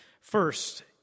First